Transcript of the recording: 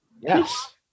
Yes